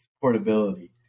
portability